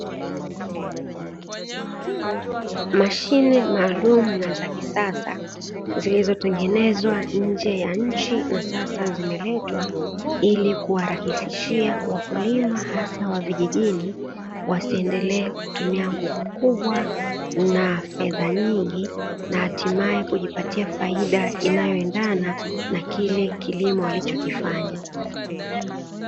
Mashine maalumu na za kisasa zilizotengenezwa nje ya nchi na sasa zimeletwa, ili kuwarahisishia wakulima hasa wa vijijini, wasiendelee kutumia nguvu kubwa na fedha nyingi, na hatimaye kujipatia faida kubwa inayoendana na kile kilimo walichokifanya.